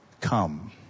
come